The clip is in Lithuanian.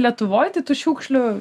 lietuvoj tai tų šiukšlių